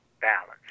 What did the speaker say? balance